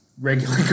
regular